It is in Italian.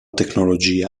tecnologia